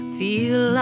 feel